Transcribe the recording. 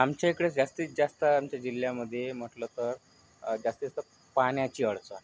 आमच्या इकडे जास्तीतजास्त आमच्या जिल्ह्यामध्ये म्हटलं तर जास्तीतजास्त पाण्याची अडचण